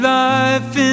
life